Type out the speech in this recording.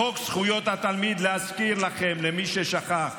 בחוק זכויות התלמיד, להזכיר לכם, מי ששכח,